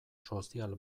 sozial